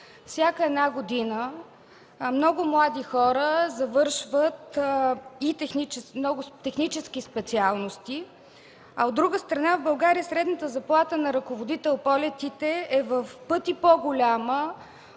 всяка една година много млади хора завършват технически специалности, а от друга страна в България средната заплата на ръководител полетите е в пъти по-голяма